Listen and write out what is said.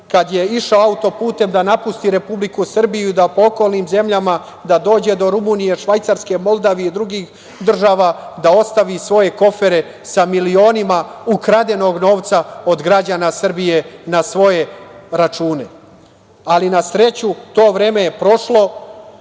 kada je išao auto-putem da napusti Republiku Srbiju, po okolnim zemljama dođe do Rumunije, Švajcarske, Moldavije i drugih država da ostavi svoje kofere sa milionima ukradenog novca od građana Srbije na svoje račune. Na sreću to vreme je prošlo.